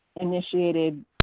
initiated